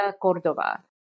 Cordova